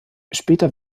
später